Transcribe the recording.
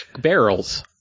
barrels